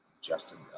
Justin